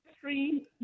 three